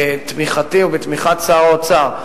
בתמיכתי ובתמיכת שר האוצר,